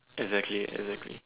exactly exactly